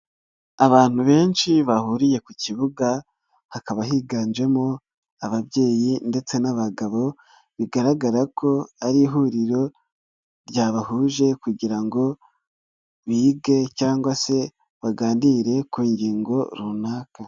Abantu benshi bahuriye ku kibuga hakaba higanjemo ababyeyi ndetse n'abagabo, bigaragara ko ari ihuriro ryabahuje kugira ngo bige cyangwa se baganire ku ngingo runaka.